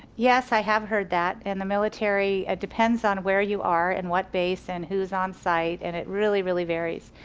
yes i have heard that, and the military, it depends on where you are and what base and who's on site. and it really really varies.